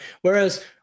Whereas